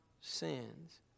sins